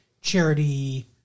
charity